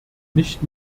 nicht